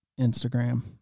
Instagram